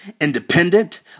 Independent